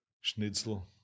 schnitzel